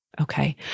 Okay